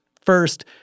First